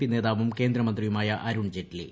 P നേതാവും കേന്ദ്രമന്ത്രിയുമായ അരുൺ ജെയ്റ്റ്ലി